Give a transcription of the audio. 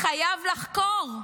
חייב לחקור,